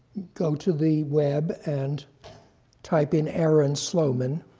go to the web and type in aaron sloman,